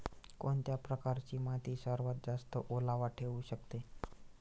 कोणत्या प्रकारची माती सर्वात जास्त ओलावा ठेवू शकते?